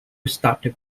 started